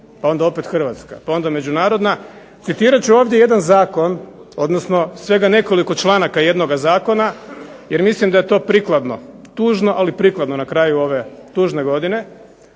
pa onda opet Hrvatska, pa onda međunarodna, citirat ću ovdje jedan zakon, odnosno svega nekoliko članaka jednoga zakona, jer mislim da je to prikladno, tužno ali prikladno na kraju ove tužne godine.